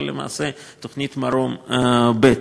אבל למעשה זו תוכנית "מרום ב'".